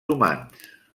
humans